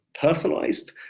personalized